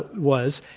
was.